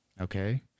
Okay